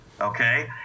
okay